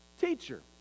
teacher